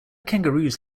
kangaroos